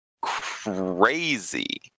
crazy